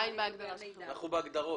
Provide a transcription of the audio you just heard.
אנחנו בהגדרות.